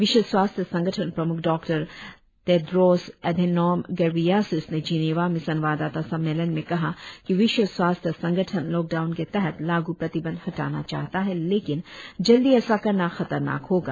विश्व स्वास्थ्य संगठन प्रमुख डॉक्टर टेड्रोस एधेनोम गेब्रेयासिस ने जिनेवा में संवाददाता सम्मेलन में कहा कि विश्व स्वास्थ्य संगठन लॉकडाउन के तहत लागू प्रतिबंध हटाना चाहता है लेकिन जल्दी ऐसा करना खतरनाक होगा